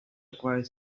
acquire